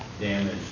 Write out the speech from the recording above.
damage